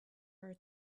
her